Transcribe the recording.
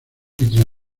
íntimo